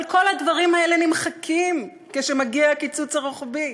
אבל כל הדברים האלה נמחקים כשמגיע הקיצוץ הרוחבי.